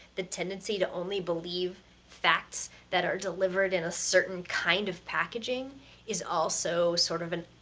the tendency to only believe facts that are delivered in a certain kind of packaging is also sort of an